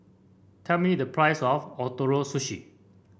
tell me the price of Ootoro Sushi